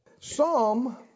Psalm